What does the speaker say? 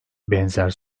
benzer